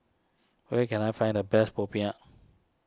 where can I find the best Popiah